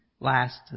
last